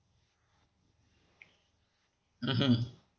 mmhmm